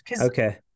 Okay